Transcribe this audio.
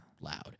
loud